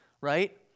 Right